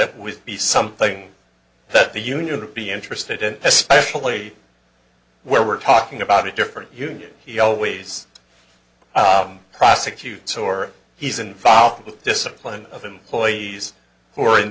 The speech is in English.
it would be something that the unit be interested in especially where we're talking about a different union he always prosecute or he's involved with discipline of employees who are in